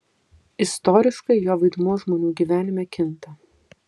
istoriškai jo vaidmuo žmonių gyvenime kinta